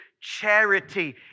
charity